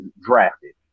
drafted